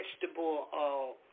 vegetable